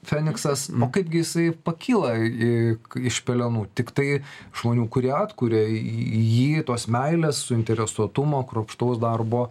feniksas o kaipgi jisai pakyla į iš pelenų tiktai žmonių kurie atkuria jį tos meilės suinteresuotumo kruopštaus darbo